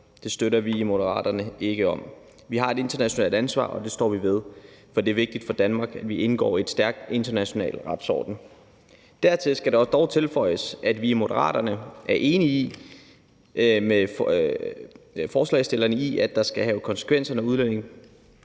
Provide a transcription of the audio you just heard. Det støtter vi i Moderaterne ikke op om. Vi har et internationalt ansvar, og det står vi ved, for det er vigtigt for Danmark, at vi indgår i en stærk international retsorden. Dertil skal dog tilføjes, at vi i Moderaterne er enige med forslagsstillerne i, at det skal have konsekvenser, når udlændinge